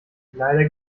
leider